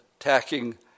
attacking